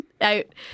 Out